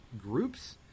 groups